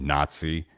Nazi